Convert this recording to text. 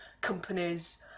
companies